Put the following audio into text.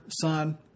son